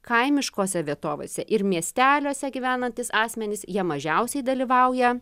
kaimiškose vietovėse ir miesteliuose gyvenantys asmenys jie mažiausiai dalyvauja